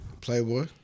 Playboy